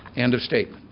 and of statement